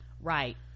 right